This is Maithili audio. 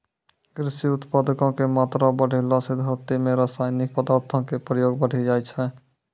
कृषि उत्पादो के मात्रा बढ़ैला से धरती मे रसायनिक पदार्थो के प्रयोग बढ़ि जाय छै